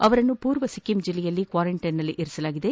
ಅವರನ್ನು ಪೂರ್ವ ಸಿಕ್ಕಿಂ ಜಿಲ್ಲೆಯಲ್ಲಿ ಕ್ವಾರಂಟೈನ್ನಲ್ಲಿಡಲಾಗಿದೆ